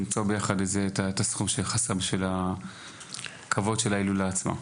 את הסכום שיהיה חסר בשביל הכבוד של ההילולה עצמה.